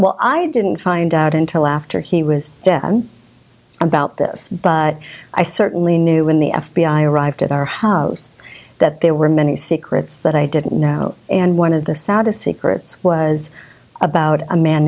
didn't i didn't find out until after he was dead and about this but i certainly knew when the f b i arrived at our house that there were many secrets that i didn't know about and one of the saddest secrets was about a man